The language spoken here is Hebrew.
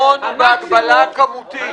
הפתרון הוא בהגבלה כמותית.